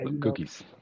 Cookies